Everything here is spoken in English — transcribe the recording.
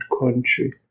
country